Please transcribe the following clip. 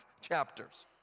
chapters